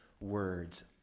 words